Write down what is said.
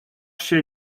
się